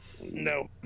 No